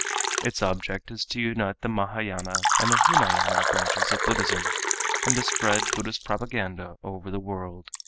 its object is to unite the mahayana and the hinayana branches of buddhism and to spread buddhist propaganda over the world.